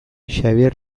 xabier